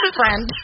friend